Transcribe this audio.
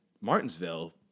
Martinsville